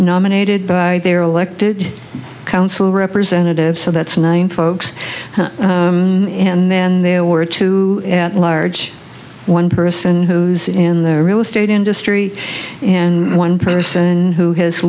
nominated by their elected council representatives so that's nine folks and then there were two at large one person who's in their real estate industry and one person who has